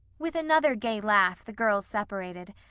with another gay laugh the girls separated,